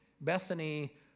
Bethany